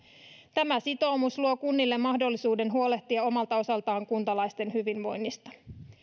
tämä sitoumus luo kunnille mahdollisuuden huolehtia omalta osaltaan kuntalaisten hyvinvoinnista